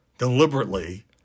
Deliberately